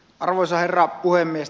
arvoisa herra puhemies